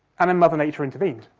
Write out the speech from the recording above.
and then mother nature intervened.